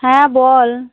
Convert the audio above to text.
হ্যাঁ বল